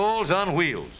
rooms on wheels